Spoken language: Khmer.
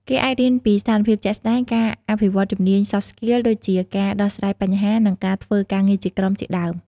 គេអាចរៀនពីស្ថានភាពជាក់ស្តែង និងអភិវឌ្ឍជំនាញ "Soft Skills" ដូចជាការដោះស្រាយបញ្ហា និងការធ្វើការងារជាក្រុមជាដើម។